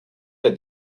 that